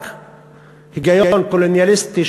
רק היגיון קולוניאליסטי,